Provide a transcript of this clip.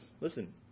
Listen